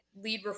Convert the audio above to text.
lead